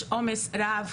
יש עומס רב,